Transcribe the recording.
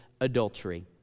adultery